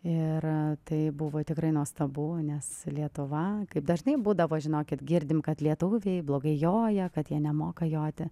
ir tai buvo tikrai nuostabu nes lietuva kaip dažnai būdavo žinokit girdim kad lietuviai blogai joja kad jie nemoka joti